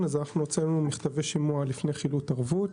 הוצאנו מכתבי שימוע לפני חילוט ערבות.